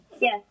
Yes